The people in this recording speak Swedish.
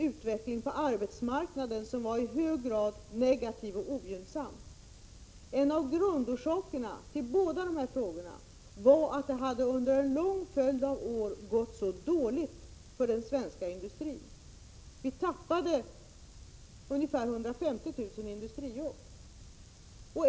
Uvecklingen på arbetsmarknaden vari hög grad negativ och ogynnsam. En av grundorsakerna härtill var att det under en lång följd av år hade gått så dåligt för den svenska industrin. Vi tappade ungefär 150 000 industrijobb.